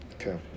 Okay